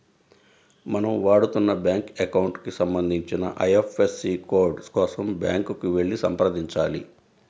మనం వాడుతున్న bank account కి సంబంధించిన ఐ.ఎఫ్.ఎస్.సి కోడ్ కోసం బ్యాంకుకి వెళ్లి సంప్రదించాలి